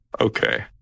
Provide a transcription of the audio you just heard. okay